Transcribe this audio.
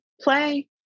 play